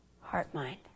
Heart-mind